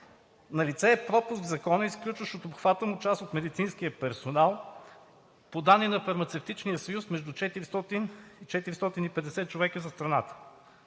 Налице е пропуск в Закона, изключващ от обхвата част от медицинския персонал, по данни на Фармацевтичния съюз между 400 – 450 човека за страната.